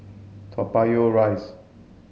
Toa Payoh Rise